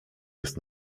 jest